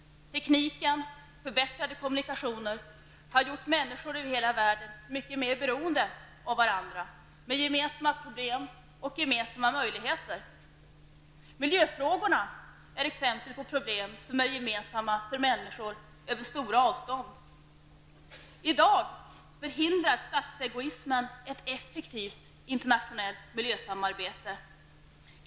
Tekniken, förbättrade kommunikationer, har gjort människor över hela världen mycket mer beroende av varandra, med gemensamma problem och gemensamma möjligheter. Miljöfrågorna är exempel på problem som är gemensamma för människor över stora avstånd. I dag förhindrar statsegoismen ett effektivt internationellt miljösamarbete.